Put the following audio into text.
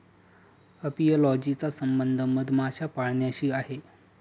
apiology चा संबंध मधमाशा पाळण्याशी आहे